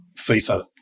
FIFA